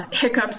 hiccups